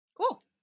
Cool